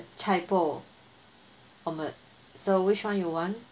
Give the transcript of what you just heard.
chai poh omelette so which one you want